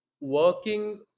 working